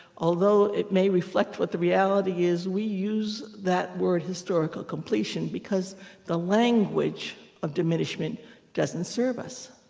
although it may reflect what the reality is, we use that word, historical completion, because the language of diminishment doesn't serve us.